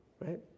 right